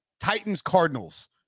Titans-Cardinals